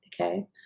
okay